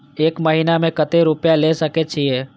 एक महीना में केते रूपया ले सके छिए?